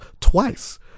twice